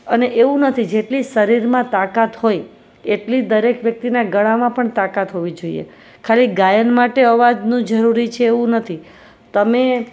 અને એવું નથી જેટલી શરીરમાં તાકાત હોય એટલી દરેક વ્યક્તિના ગળામાં પણ તાકાત હોવી જોઈએ ખાલી ગાયન માટે અવાજનું જરૂરી છે એવું નથી તમે